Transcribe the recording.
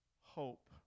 hope